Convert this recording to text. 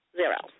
zero